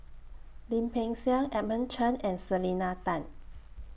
Lim Peng Siang Edmund Chen and Selena Tan